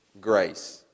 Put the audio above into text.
grace